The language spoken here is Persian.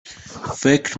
فکر